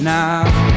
Now